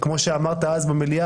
זה כמו מה שאמרת אז במליאה,